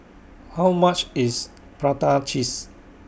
How much IS Prata Cheese